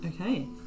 Okay